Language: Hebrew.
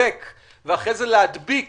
להידבק ואחרי זה להדביק